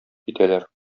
китәләр